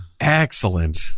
Excellent